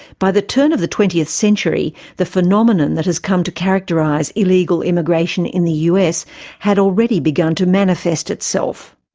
by the turn of the twentieth century, the phenomenon that has come to characterise illegal immigration in the us had already begun to manifest itself.